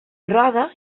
roda